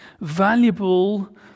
Valuable